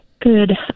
Good